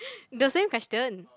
the same question